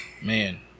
Man